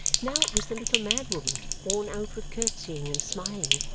now it was the little mad woman worn out with curtsying and smiling,